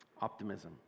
Optimism